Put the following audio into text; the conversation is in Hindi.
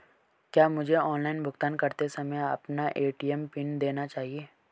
क्या मुझे ऑनलाइन भुगतान करते समय अपना ए.टी.एम पिन देना चाहिए?